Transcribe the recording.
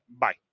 Bye